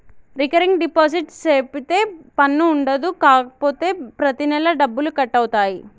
recurring deposit సేపిత్తే పన్ను ఉండదు కాపోతే ప్రతి నెలా డబ్బులు కట్ అవుతాయి